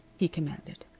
he commanded.